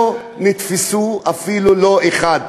לא נתפס אפילו לא אחד.